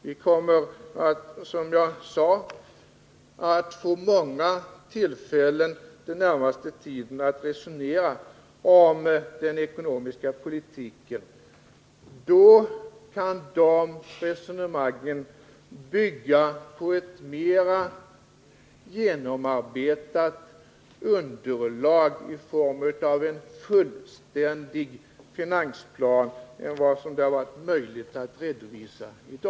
Vi kommer, som jag sade, att få många tillfällen under den närmaste tiden att resonera om den ekonomiska politiken. Då kan de resonemangen bygga på ett mera genomarbetat underlag, i form av en fullständig finansplan, än vad som varit möjligt att redovisa i dag.